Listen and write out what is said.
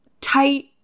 tight